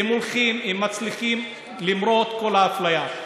הם הולכים, הם מצליחים, למרות כל האפליה.